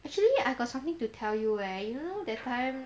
actually I got something to tell you eh you know that time